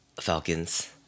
Falcons